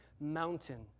mountain